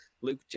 Luke